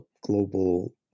global